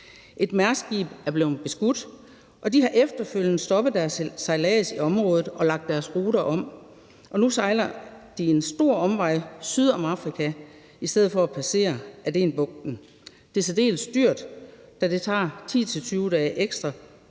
Et Mærskskib er blevet beskudt, og Mærsk har efterfølgende stoppet deres sejlads i området og lagt deres ruter om. Nu sejler de en stor omvej syd om Afrika i stedet for at passere igennem Adenbugten. Det er særdeles dyrt, da det tager 10-20 dage ekstra.